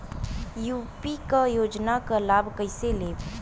UP क योजना क लाभ कइसे लेब?